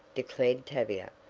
declared tavia.